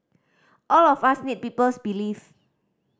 all of us need people's belief